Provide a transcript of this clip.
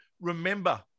remember